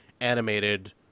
animated